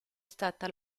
stata